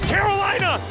Carolina